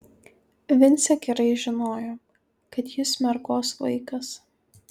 vincė gerai žinojo kad jis mergos vaikas